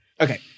okay